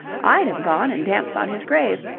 i'd have gone and danced on his grave.